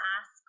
ask